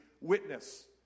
witness